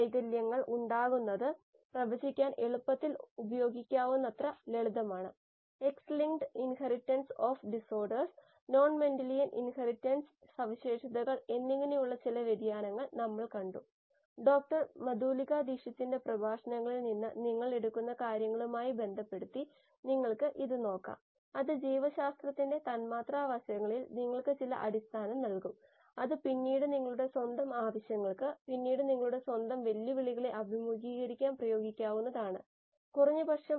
വൈവിധ്യമാർന്ന കോശങ്ങൾക്ക് 𝛤𝑥 4